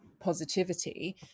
Positivity